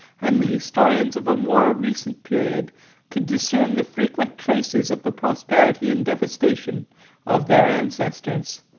and the historians of a more recent period could discern the frequent traces of the prosperity and devastation of their ancestors.